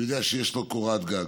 שהוא יודע שיש לו קורת גג.